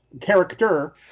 character